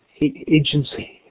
agency